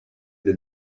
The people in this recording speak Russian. для